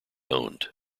owned